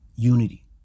Unity